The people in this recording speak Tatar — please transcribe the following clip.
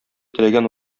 теләгән